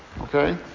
Okay